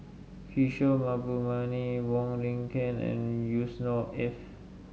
Kishore Mahbubani Wong Lin Ken and Yusnor Ef